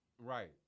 Right